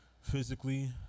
physically